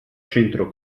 centro